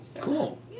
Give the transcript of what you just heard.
Cool